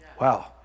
Wow